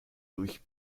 durch